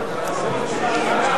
החוק.